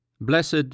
blessed